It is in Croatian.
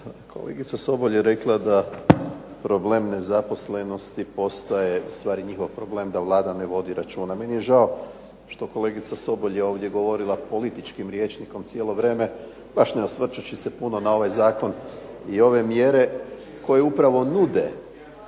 Kolegica Sobol je rekla da problem nezaposlenosti postaje ustvari njihov problem, da Vlada ne vodi računa. Meni je žao što kolegica Sobol je ovdje govorila političkim rječnikom cijelo vrijeme baš ne osvrćući se puno na ovaj zakon i ove mjere koje upravo nude